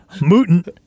Mutant